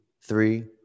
three